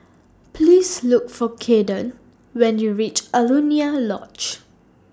Please Look For Kayden when YOU REACH Alaunia Lodge